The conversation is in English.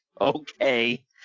okay